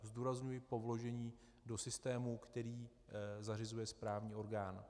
Zdůrazňuji po vložení do systému, který zařizuje správní orgán.